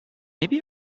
maybe